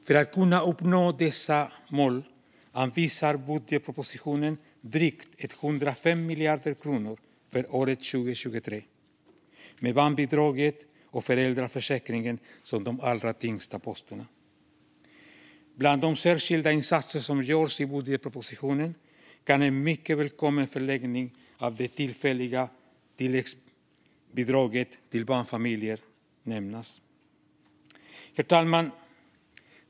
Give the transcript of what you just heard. För att kunna uppnå dessa mål anvisar budgetpropositionen drygt 105 miljarder kronor för 2023, med barnbidraget och föräldraförsäkringen som de allra tyngsta posterna. Bland de särskilda insatser som görs i budgetpropositionen kan en mycket välkommen förlängning av det tillfälliga tillläggsbidraget till barnfamiljer nämnas. Herr talman!